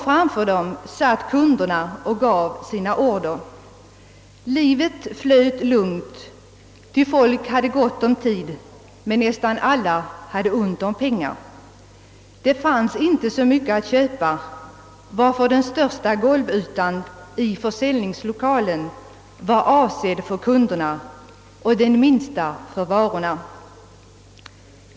Framför disken satt kunderna och gav sina order. Livet flöt lugnt, ty folk hade gott om tid, men nästan alla hade ont om pengar. Det fanns inte så mycket att köpa, varför den största golvytan i försäljningslokalen var avsedd för kunderna och den minsta för varorna.